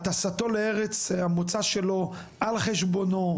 הטסתו לארץ המוצא שלו על חשבונו.